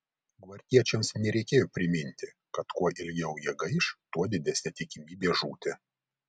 gvardiečiams nereikėjo priminti kad kuo ilgiau jie gaiš tuo didesnė tikimybė žūti